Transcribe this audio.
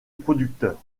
producteur